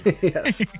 Yes